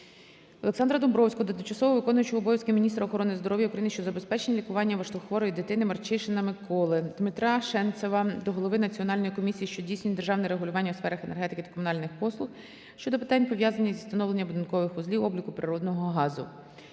Олександра Домбровського до тимчасово виконуючої обов'язки Міністра охорони здоров'я України щодо забезпечення лікування важкохворої дитини Марчишина Миколи. Дмитра Шенцева до Голови Національної комісії, що здійснює державне регулювання у сферах енергетики та комунальних послуг щодо питань, пов'язаних зі встановленням будинкових вузлів обліку природного газу.